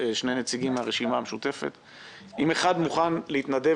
מה שאי אפשר להגיד כבר היום.